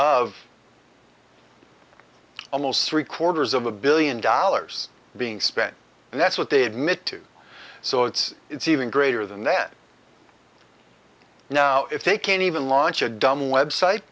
of almost three quarters of a billion dollars being spent and that's what they admit to so it's it's even greater than that now if they can't even launch a dumb website